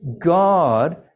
God